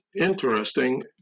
interesting